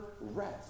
rest